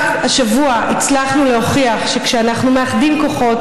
רק השבוע הצלחנו להוכיח שכשאנחנו מאחדים כוחות,